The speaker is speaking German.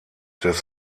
des